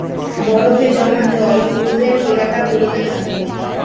বরফে জমা জল ফ্রোজেন এলাকা গুলোতে থাকে